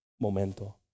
momento